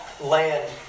land